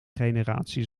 generatie